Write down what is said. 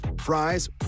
fries